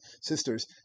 sisters